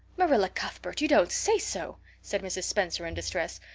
marilla cuthbert, you don't say so! said mrs. spencer in distress.